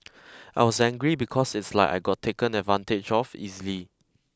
I was angry because it's like I got taken advantage of easily